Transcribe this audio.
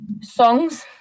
Songs